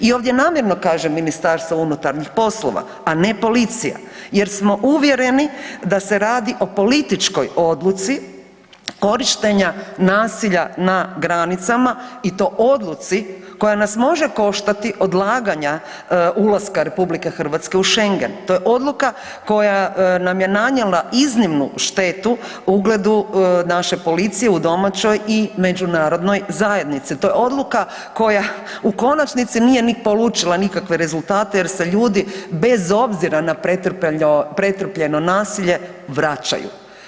I ovdje namjerno kažem MUP, a ne policija jer smo uvjereni da se radi o političkoj odluci korištenja nasilja na granicama i to odluci koja nas može koštati odlaganja ulaska RH u Schengen, to je odluka koja nam je nanijela iznimnu štetu, ugledu naše policije u domaćoj i međunarodnoj zajednici, to je odluka koja u konačnici nije ni polučila nikakve rezultate jer se ljudi bez obzira na pretrpljeno nasilje vraćaju.